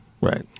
right